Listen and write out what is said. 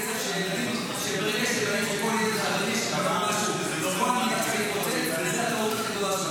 זה כסף של ילדים --- כל ילד חרדי --- וזאת הטעות הכי גדולה שלכם.